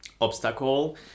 obstacle